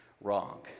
wrong